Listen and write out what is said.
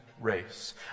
race